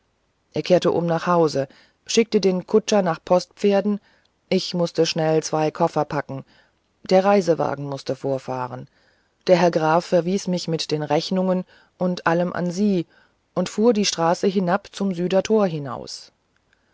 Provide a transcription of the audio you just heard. er kehrte um nach hause schickte den kutscher nach postpferden ich mußte schnell zwei koffer packen der reisewagen mußte vorfahren der herr graf verwies mich mit den rechnungen und allem an sie und fuhr die straße hinab zum süder tor hinaus